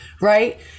right